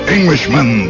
Englishmen